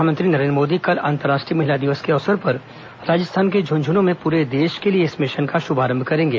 प्रधानमंत्री नरेन्द्र मोदी कल अंतर्राष्ट्रीय महिला दिवस के अवसर पर राजस्थान के ड्रुंझन् में पूरे देश के लिए इस मिशन का शुभारंभ करेंगे